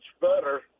better